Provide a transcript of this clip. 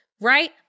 right